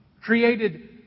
created